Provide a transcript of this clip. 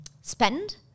spend